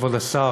כבוד השר,